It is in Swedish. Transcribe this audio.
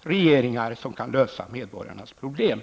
regeringar som kan lösa medborgarnas problem.